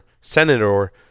senator